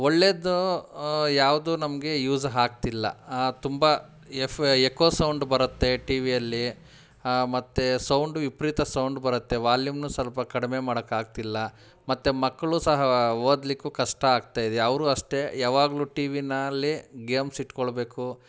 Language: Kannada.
ಒಳ್ಳೆದು ಯಾವುದೂ ನಮಗೆ ಯೂಸ್ ಆಗ್ತಿಲ್ಲ ತುಂಬ ಎಫ್ ಎಕೋ ಸೌಂಡ್ ಬರತ್ತೆ ಟಿ ವಿಯಲ್ಲಿ ಮತ್ತು ಸೌಂಡು ವಿಪರೀತ ಸೌಂಡ್ ಬರತ್ತೆ ವಾಲ್ಯೂಮನ್ನು ಸ್ವಲ್ಪ ಕಡಿಮೆ ಮಾಡೋಕಾಗ್ತಿಲ್ಲ ಮತ್ತು ಮಕ್ಕಳೂ ಸಹ ಓದ್ಲಿಕ್ಕೂ ಕಷ್ಟ ಆಗ್ತಾ ಇದೆ ಅವ್ರೂ ಅಷ್ಟೇ ಯಾವಾಗ್ಲೂ ಟಿ ವಿನಲ್ಲಿ ಗೇಮ್ಸ್ ಇಟ್ಕೊಳ್ಬೇಕು